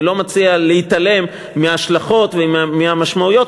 אני לא מציע להתעלם מההשלכות ומהמשמעויות,